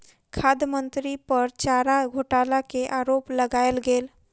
खाद्य मंत्री पर चारा घोटाला के आरोप लगायल गेल